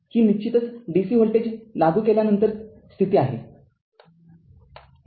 ही निश्चितच dc voltage लागू केल्यानंतर स्थिर स्थिती आहे